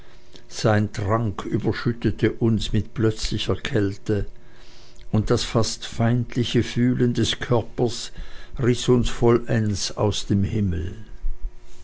sein trank überschüttete uns mit plötzlicher kälte und das fast feindliche fühlen des körpers riß uns vollends aus dem himmel